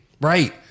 Right